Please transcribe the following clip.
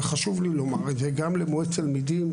וחשוב לי לומר את זה גם למועצת התלמידים,